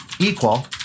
equal